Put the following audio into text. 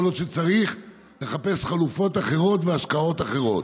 יכול להיות שצריך לחפש חלופות אחרות והשקעות אחרות.